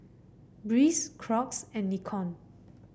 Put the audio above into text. Breeze Crocs and Nikon